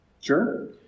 Sure